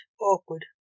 awkward